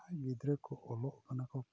ᱟᱨ ᱜᱤᱫᱽᱨᱟᱹ ᱠᱚ ᱚᱞᱚᱜ ᱠᱟᱱᱟ ᱠᱚ